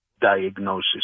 diagnosis